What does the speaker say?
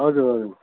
हजुर हजुर